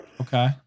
Okay